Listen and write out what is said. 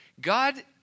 God